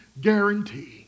guarantee